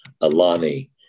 Alani